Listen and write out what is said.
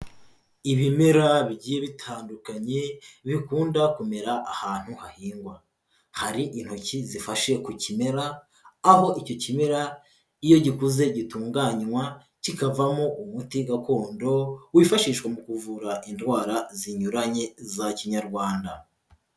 Ibimera bigiye bitandukanye bikunda kumera ahantu hahingwa, hari intoki zifashe ku kimera, aho icyo kimera iyo gikuze gitunganywa kikavamo umuti gakondo, wifashishwa mu kuvura indwara zinyuranye za Kinyarwanda.